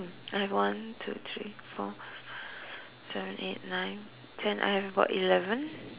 I have one two three four five seven eight nine ten I have about eleven